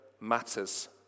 matters